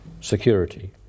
security